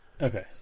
Okay